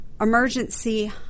Emergency